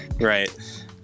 right